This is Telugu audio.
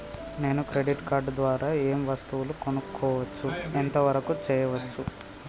నేను క్రెడిట్ కార్డ్ ద్వారా ఏం వస్తువులు కొనుక్కోవచ్చు ఎంత వరకు చేయవచ్చు?